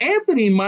Anthony